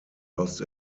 lost